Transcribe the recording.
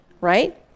right